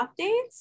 updates